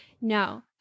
No